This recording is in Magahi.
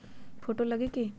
फोटो लगी कि?